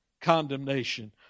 condemnation